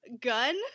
Gun